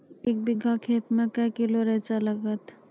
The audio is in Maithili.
एक बीघा खेत मे के किलो रिचा लागत?